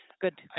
good